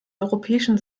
europäischen